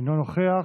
אינו נוכח.